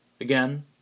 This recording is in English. again